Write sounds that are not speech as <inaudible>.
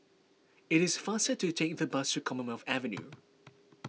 it is faster to take the bus to Commonwealth Avenue <noise>